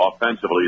offensively